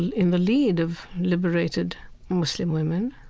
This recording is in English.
in the lead of liberated muslim women.